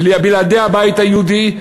בלעדי הבית היהודי,